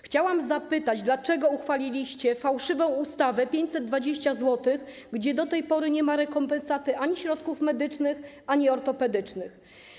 Chciałam zapytać: Dlaczego uchwaliliście fałszywą ustawę 520 zł, do tej pory nie ma rekompensaty środków medycznych ani ortopedycznych?